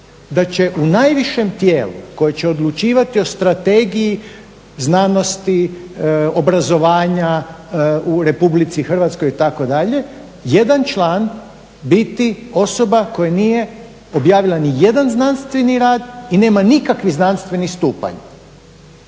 da će u najvišem tijelu koje će odlučivati o strategiji znanosti, obrazovanja u Republici Hrvatskoj itd., jedan član biti osoba koja nije objavila nijedan znanstveni rad i nema nikakvi znanstveni stupanj,